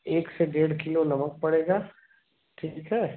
एक से डेढ़ किलो नमक पड़ेगा ठीक है